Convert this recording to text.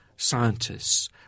scientists